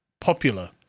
popular